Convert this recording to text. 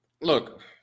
look